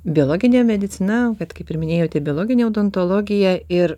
biologinė medicina vat kaip ir minėjote biologinė odontologija ir